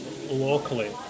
locally